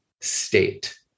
state